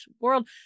World